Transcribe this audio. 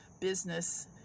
business